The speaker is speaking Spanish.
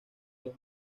los